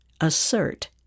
assert